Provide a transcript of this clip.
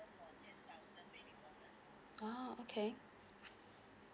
ah okay